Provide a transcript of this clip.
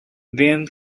then